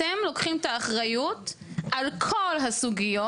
אתם לוקחים את האחריות על כל הסוגיות.